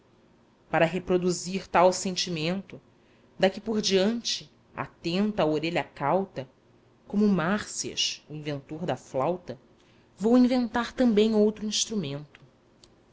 para reproduzir tal sentimento daqui por diante atenta a orelha cauta como mársias o inventor da flauta vou inventar também outro instrumento